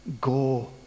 Go